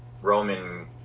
Roman